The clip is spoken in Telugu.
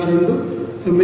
80 368